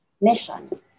Mission